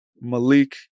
Malik